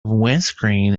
windscreen